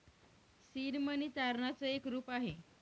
seed money तारणाच एक रूप आहे